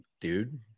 dude